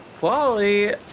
Wally